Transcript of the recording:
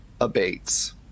abates